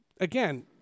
again